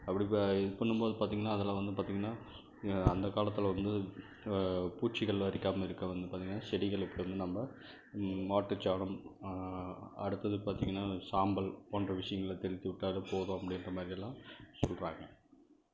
அப்படி இதுபண்ணும்போது பார்த்தீங்கன்னா அதில் வந்து பார்த்தீங்கன்னா அந்த காலத்தில் வந்து பூச்சிகள் அரிக்காமல் இருக்க வந்து பார்த்தீங்கன்னா செடிகளுக்கு வந்து நம்ம மாட்டுச்சாணம் அடுத்தது பார்த்தீங்கன்னா சாம்பல் போன்ற விஷயங்களை தெளித்து விட்டால் போதும் அப்படீன்ற மாதிரியெல்லாம் சொல்கிறாங்க